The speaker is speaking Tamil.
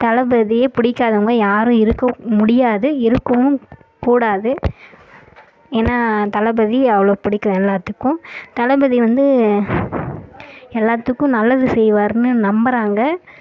தளபதியை பிடிக்காதவங்க யாரும் இருக்க முடியாது இருக்கவும் கூடாது ஏனால் தளபதி அவ்வளோ பிடிக்கும் எல்லாத்துக்கும் தளபதி வந்து எல்லாத்துக்கும் நல்லது செய்வார்னு நம்புறாங்க